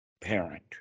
parent